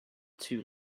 too